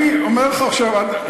אני אומר לך עכשיו,